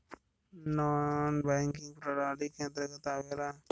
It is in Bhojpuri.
नानॅ बैकिंग प्रणाली के अंतर्गत आवेला